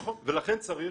נכון, ולכן צריך,